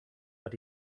but